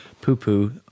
Poo-poo